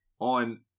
on